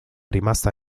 rimasta